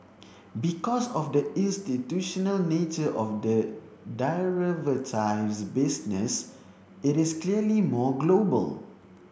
because of the institutional nature of the business it is clearly more global